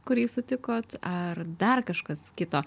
kurį sutikot ar dar kažkas kito